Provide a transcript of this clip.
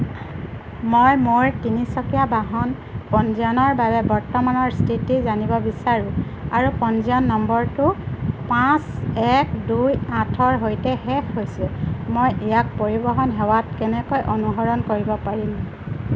মই মই তিনিচকীয়া বাহন পঞ্জীয়নৰ বাবে বৰ্তমানৰ স্থিতি জানিব বিচাৰোঁঁ আৰু পঞ্জীয়ন নম্বৰটো পাঁচ এক দুই আঠৰ সৈতে শেষ হৈছে মই ইয়াক পৰিবহণ সেৱাত কেনেকৈ অনুসৰণ কৰিব পাৰিম